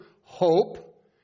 hope